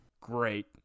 Great